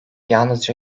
yalnızca